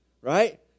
right